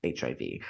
hiv